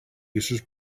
users